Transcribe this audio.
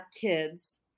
kids